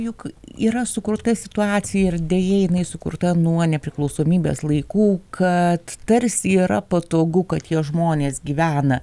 juk yra sukurta situacija ir deja jinai sukurta nuo nepriklausomybės laikų kad tarsi yra patogu kad jos žmonės gyvena